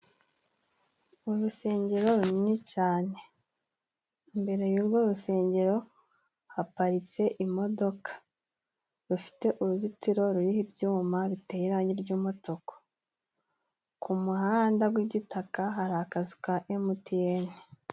Urusengero runini cane. Imbere y'urwo rusengero haparitse imodoka. Rufite uruzitiro ruriho ibyuma, ruteye irangi ry'umutuku. Ku muhanda w'igitaka hari akazi ka Emutiyeni.